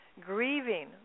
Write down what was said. Grieving